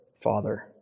Father